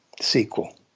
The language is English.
sequel